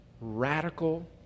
radical